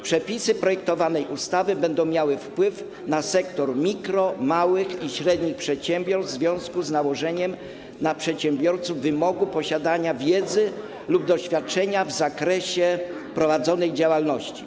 Przepisy projektowanej ustawy będą miały wpływ na sektor mikro-, małych i średnich przedsiębiorstw w związku z nałożeniem na przedsiębiorców wymogu posiadania wiedzy lub doświadczenia w zakresie prowadzonej działalności.